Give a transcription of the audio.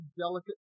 delicate